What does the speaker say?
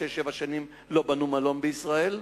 שש-שבע שנים לא בנו מלון בישראל.